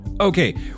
Okay